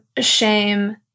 shame